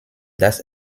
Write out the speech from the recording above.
dass